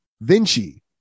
Vinci